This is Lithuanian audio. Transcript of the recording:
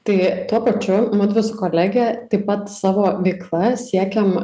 tai tuo pačiu mudvi su kolege taip pat savo veikla siekiam